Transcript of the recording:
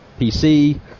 PC